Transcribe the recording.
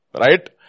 Right